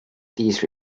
these